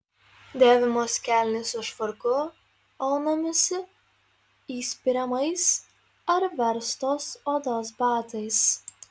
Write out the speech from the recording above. dėvimos kelnės su švarku aunamasi įspiriamais ar verstos odos batais